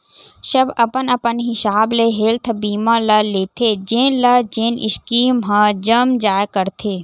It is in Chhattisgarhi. सब अपन अपन हिसाब ले हेल्थ बीमा ल लेथे जेन ल जेन स्कीम ह जम जाय करथे